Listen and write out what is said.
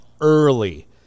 early